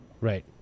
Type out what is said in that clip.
Right